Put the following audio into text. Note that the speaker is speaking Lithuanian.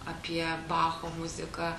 apie bacho muziką